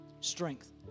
strength